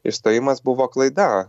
išstojimas buvo klaida